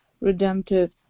redemptive